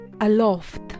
aloft